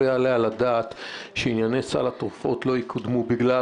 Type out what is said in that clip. יעלה על הדעת שענייני סל התרופות לא יקודמו בגלל